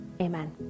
Amen